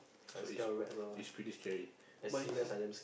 so is is pretty scary but in Sin